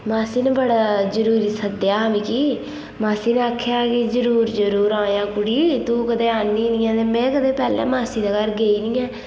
मासी नै बड़ा जरूरी सद्देआ हा मिगी मासी नै आखेआ कि जरूर जरूर आयां कुड़ी तूं कदें औन्नी निं ऐ ते में कदें पैह्लें मासी दे घर गेई निं ऐं